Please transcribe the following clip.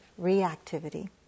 reactivity